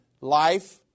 life